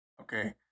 Okay